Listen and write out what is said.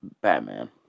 batman